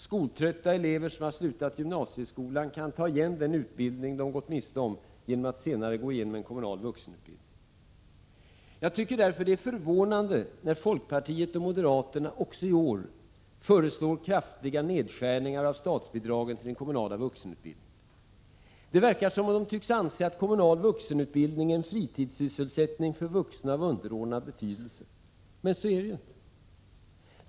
Skoltrötta elever som har slutat gymnasieskolan kan ta igen den utbildning de har gått miste om genom att senare gå igenom kommunal vuxenutbildning. Jag tycker därför att det är förvånande när folkpartiet och moderaterna också i år föreslår kraftiga nedskärningar av statsbidragen till den kommunala vuxenutbildningen. Det verkar som om de tycks anse att kommunal vuxenutbildning är en fritidssysselsättning för vuxna av underordnad betydelse. Men så är det inte.